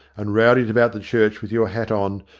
and rowdied about the church with your hat on,